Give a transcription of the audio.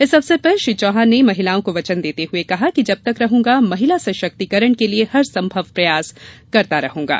इस अवसर पर श्री चौहान ने महिलाओं को वचन देते हुए कहा कि जब तक रहूंगा महिला सशक्तीकरण के लिये हर संभव प्रयास करता रहूंगा